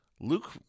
Luke